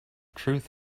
truth